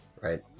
Right